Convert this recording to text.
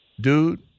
dude